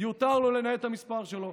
יותר לו לנייד את המספר שלו.